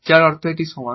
যার অর্থ এই যে এটি সমান